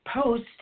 post